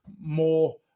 more